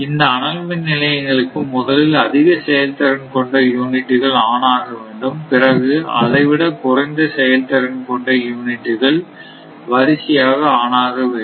இந்த அனல் மின் நிலையங்களுக்கு முதலில் அதிக செயல்திறன் கொண்ட யூனிட்டுகள் ஆன் ஆக வேண்டும் பிறகு அதை விட குறைந்த செயல்திறன் கொண்ட யூனிட்டுகள் வரிசையாக ஆன் ஆக வேண்டும்